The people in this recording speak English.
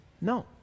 No